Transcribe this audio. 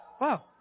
wow